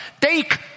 take